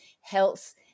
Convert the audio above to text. health